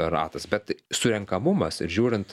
ratas bet surenkamumas ir žiūrint